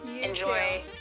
enjoy